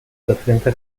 presenta